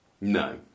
No